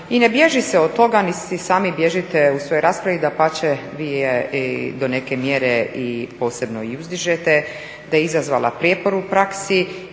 i ne bježi se od toga niti sami bježite u svojoj raspravi, dapače vi je do neke mjere i posebno uzdižete da je izazvala prijepor u praksi